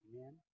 Amen